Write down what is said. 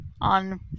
on